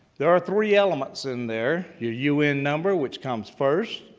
there are three elements in there. your un number which comes first,